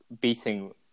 beating